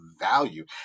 value